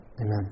Amen